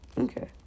Okay